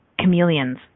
chameleons